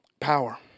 power